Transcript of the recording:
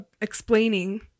explaining